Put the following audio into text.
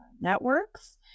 networks